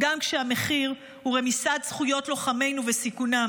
גם כשהמחיר הוא רמיסת זכויות לוחמינו וסיכונם.